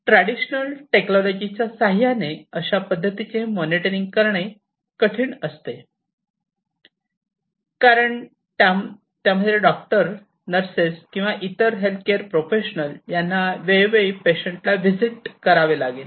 traditional technology च्या सहाय्याने अशा पद्धतीचे मॉनिटरिंग कठीण असते कारण त्यामध्ये डॉक्टर्स नर्सेस किंवा इतर हेल्थकेअर प्रोफेशनल्स यांना वेळोवेळी पेशंटला वीजीट करावे लागते